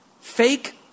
fake